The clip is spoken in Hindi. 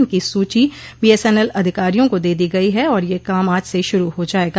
इनकी सूची बीएसएनएल अधिकारियों को दे दी गई है और यह काम आज से शुरु हो जाएगा